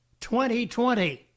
2020